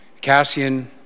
Cassian